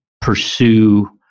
pursue